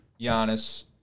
Giannis